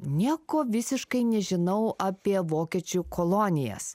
nieko visiškai nežinau apie vokiečių kolonijas